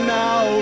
now